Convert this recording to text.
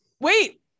Wait